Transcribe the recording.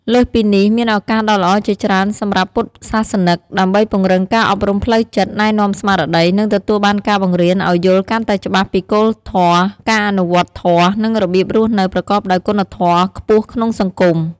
លើសពីនេះ មានឱកាសដ៏ល្អជាច្រើនសម្រាប់ពុទ្ធសាសនិក ដើម្បីពង្រឹងការអប់រំផ្លូវចិត្ត ណែនាំស្មារតី និងទទួលបានការបង្រៀនឱ្យយល់កាន់តែច្បាស់ពីគោលធម៌ ការអនុវត្តធម៌ និងរបៀបរស់នៅប្រកបដោយគុណធម៌ខ្ពស់ក្នុងសង្គម។"